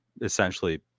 essentially